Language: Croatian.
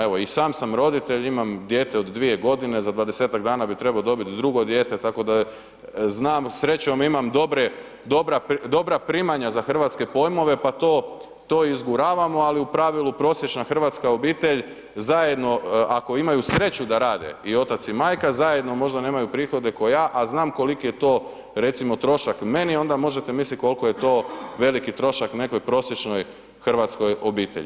Evo, i sam sam roditelj, imam dijete od 2 godine, za 20-tak dana bi trebao dobiti drugo dijete, tako da znam, srećom imam dobra primanja za hrvatske pojmove, pa to izguravamo, ali u pravilu prosječna hrvatska obitelj, zajedno ako imaju sreću da rade i otac i majka, zajedno možda nemaju prihode kao ja, a znam koliki je to recimo trošak meni, onda možete misliti koliko je to veliki trošak nekoj prosječnoj hrvatskoj obitelji.